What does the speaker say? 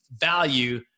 value